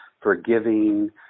forgiving